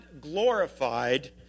glorified